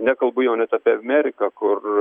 nekalbu jau net apie ameriką kur